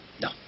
No